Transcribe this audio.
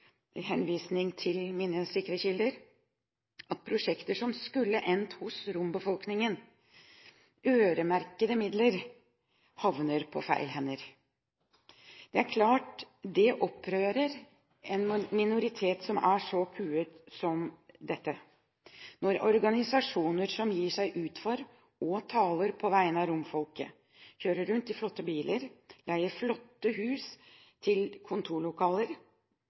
henvisning til mine sikre kilder – at prosjekter som skulle endt hos rombefolkningen, øremerkede midler, havner på feil hender. Det er klart det opprører en minoritet som er så kuet som dette, når organisasjoner som gir seg ut for å tale på vegne av romfolket, kjører rundt i flotte biler og leier flotte hus til kontorlokaler,